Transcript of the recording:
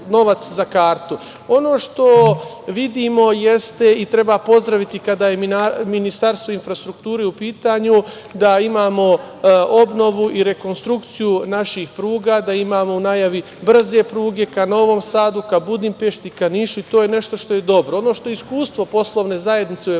za kartu. Ono što vidimo jeste i treba pozdraviti kada je Ministarstvo infrastrukture u pitanju, da imamo obnovu i rekonstrukciju naših pruga, da imamo u najavi brze pruge ka Novom Sadu, ka Budimpešti, ka Nišu i to je nešto što je dobro. Ono što je iskustvo poslovne zajednice u Evropi